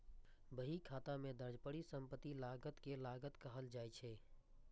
बहीखाता मे दर्ज परिसंपत्ति लागत कें लागत कहल जाइ छै